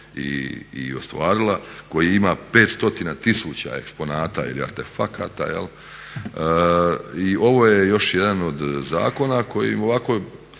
i ostvarila koji ima 5 stotina tisuća eksponata ili artefakata. I ovo je još jedan od zakona koji onako